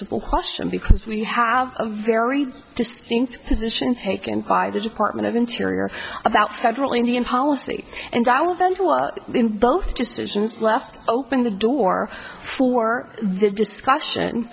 simple question because we have a very distinct mission taken by the department of interior about federal indian policy and south bend was both decisions left open the door for the discussion